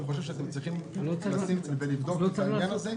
אני חושב שאתם צריכים לבדוק את העניין הזה,